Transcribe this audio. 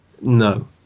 No